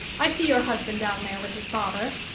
i see your husband down there with his father.